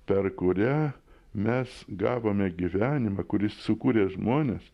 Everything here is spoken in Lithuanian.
per kurią mes gavome gyvenimą kuris sukūrė žmones